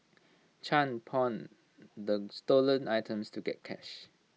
chan pawned the stolen items to get cash